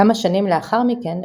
כמה שנים לאחר מכן,